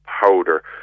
powder